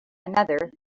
another